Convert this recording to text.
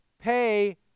pay